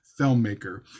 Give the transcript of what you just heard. filmmaker